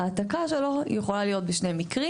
ההעתקה שלו יכולה לקרות בשני מקרים.